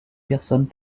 personnes